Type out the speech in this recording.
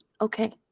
Okay